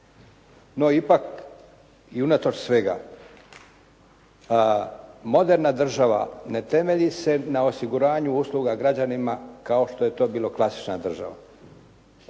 No ipak i unatoč svega, moderna država ne temelji se na osiguranju usluga građanima kao što je to bila klasična država.